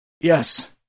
Yes